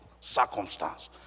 circumstance